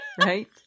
right